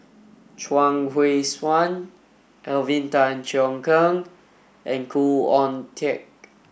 Chuang Hui Tsuan Alvin Tan Cheong Kheng and Khoo Oon Teik